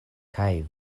kaj